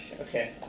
Okay